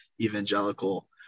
evangelical